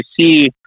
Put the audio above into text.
see